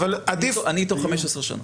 אני איתו 15 שנים.